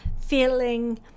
feeling